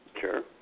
Sure